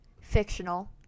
fictional